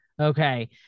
okay